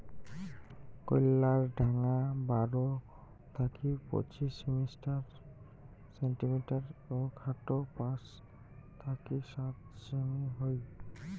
কইল্লার ঢাঙা বারো থাকি পঁচিশ সেন্টিমিটার ও খাটো পাঁচ থাকি সাত সেমি হই